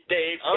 Dave